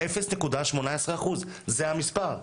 זה המספר.